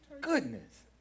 goodness